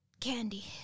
candy